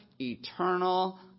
eternal